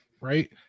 right